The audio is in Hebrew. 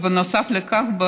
ובנוסף לכך,